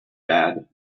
bad